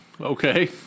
Okay